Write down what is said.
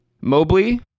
Mobley